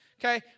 okay